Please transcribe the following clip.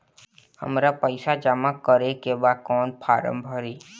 हमरा पइसा जमा करेके बा कवन फारम भरी?